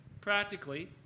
practically